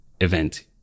event